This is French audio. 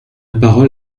parole